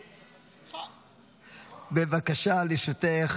בבקשה, לרשותך